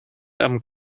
amb